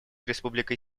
республикой